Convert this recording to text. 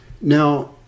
Now